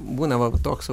būna va toks